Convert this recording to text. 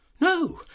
No